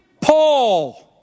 Paul